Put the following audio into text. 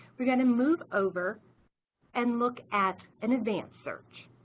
we're going to move over and look at an advanced search